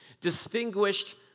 distinguished